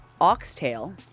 Oxtail